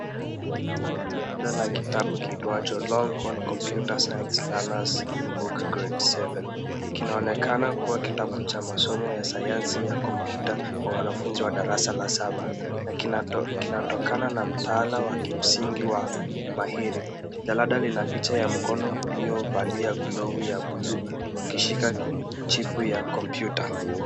Jalada la kitabu kiitwacho Longhorn Computer Science Learners, Book Grade seven . Kinaonekana kuwa kitabu cha masomo ya sayansi ya computer kwa wanafunzi wa darasa la saba, na kinaotokana na mtaala wa kimsingi wa mahiri. Jalada linapicha ya mkono uliovalia glovu ya buluu, ukishika chipu ya computer .